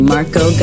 Marco